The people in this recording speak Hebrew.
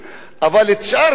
אבל את שאר הבדיקות,